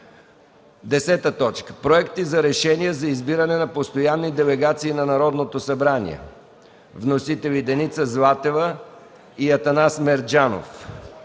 „10. Проект за решение за избиране на постоянни делегации на Народното събрание. Вносители – Деница Златева и Атанас Мерджанов.